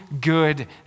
good